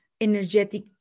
energetic